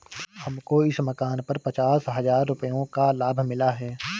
हमको इस मकान पर पचास हजार रुपयों का लाभ मिला है